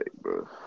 bro